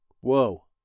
Whoa